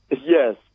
Yes